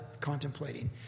contemplating